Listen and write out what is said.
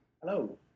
Hello